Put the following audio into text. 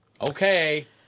Okay